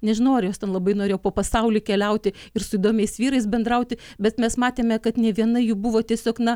nežinau ar jos ten labai norėjo po pasaulį keliauti ir su įdomiais vyrais bendrauti bet mes matėme kad nė viena jų buvo tiesiog na